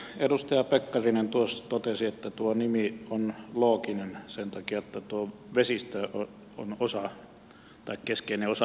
edustaja pekkarinen tuossa totesi että tuo nimi on looginen sen takia että tuo vesistö on keskeinen osa sitä kansallispuistoa